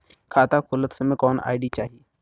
खाता खोलत समय कौन आई.डी चाही?